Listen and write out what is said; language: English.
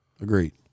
Agreed